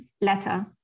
letter